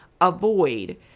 Avoid